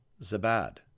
Zabad